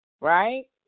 right